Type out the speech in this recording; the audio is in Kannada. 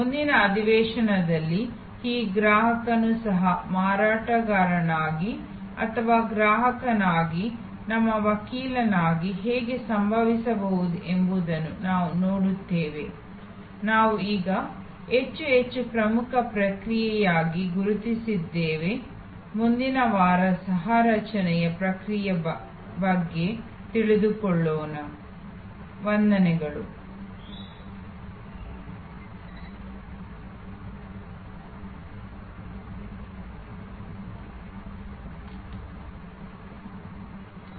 ಮುಂದಿನ ಅಧಿವೇಶನದಲ್ಲಿ ಈ ಗ್ರಾಹಕರು ನಮ್ಮ ವಕೀಲರಾಗಿ ಸಹ ಮಾರಾಟಗಾರರಾಗಿ ಅಥವಾ ಗ್ರಾಹಕರಾಗಿ ಹೇಗೆ ಸಂಭವಿಸಬಹುದು ಎಂಬುದನ್ನು ನಾವು ನೋಡುತ್ತೇವೆ ನಾವು ಈಗ ಹೆಚ್ಚು ಹೆಚ್ಚು ಗುರುತಿಸುತ್ತಿರುವ ಒಂದು ಪ್ರಮುಖ ಪ್ರಕ್ರಿಯೆ ಅದು ಮುಂದಿನ ಎಲ್ಲ ಸಹ ರಚನೆಯ ಪ್ರಕ್ರಿಯೆಯಾಗಿದೆ